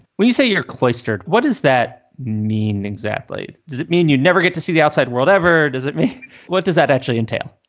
when you say you're cloistered, what does that mean exactly? does it mean you never to see the outside world ever? does it mean what does that actually entail?